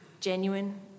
genuine